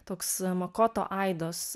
toks makoto aidos